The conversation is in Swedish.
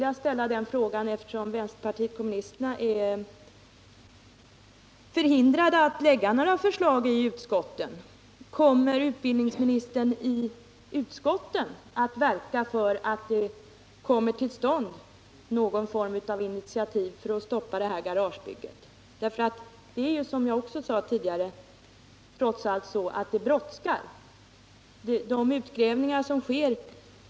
Jag vill då, eftersom vänsterpartiet kommunisterna är förhindrat att lägga fram förslag i utskotten, ställa följande fråga: Kommer utbildningsministern i utskotten att verka för att någon form av initiativ för att stoppa detta garagebygge tas? Det är ju, som jag också sade tidigare, trots allt så att det brådskar med ett sådant besked.